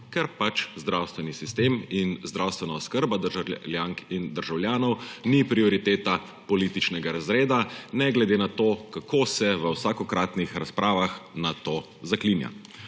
ker pač zdravstveni sistem in zdravstvena oskrba državljank in državljanov ni prioriteta politične razreda, ne glede na to, kako se v vsakokratnih razpravah na to zaklinja.